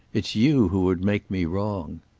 it's you who would make me wrong!